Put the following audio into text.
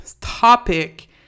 topic